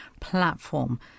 platform